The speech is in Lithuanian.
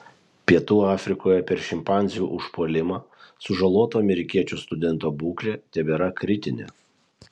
pietų afrikoje per šimpanzių užpuolimą sužaloto amerikiečio studento būklė tebėra kritinė